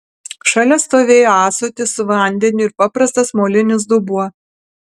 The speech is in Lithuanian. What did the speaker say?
šalia stovėjo ąsotis su vandeniu ir paprastas molinis dubuo